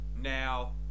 Now